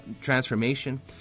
transformation